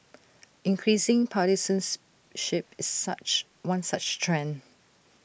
increasing partisans ship such one such trend